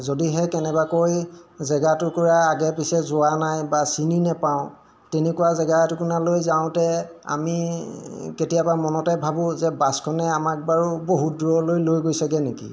যদিহে কেনেবাকৈ জেগা টুকুৰা আগে পিছে যোৱা নাই বা চিনি নাপাওঁ তেনেকুৱা জেগাটো এটুকুৰালৈ যাওঁতে আমি কেতিয়াবা মনতে ভাবোঁ যে বাছখনে আমাক বাৰু বহুত দূৰলৈ লৈ গৈছেগৈ নেকি